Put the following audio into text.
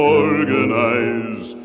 organize